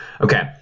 okay